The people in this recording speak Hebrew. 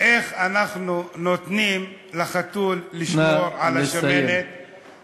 איך אנחנו נותנים לחתול לשמור על השמנת, נא לסיים.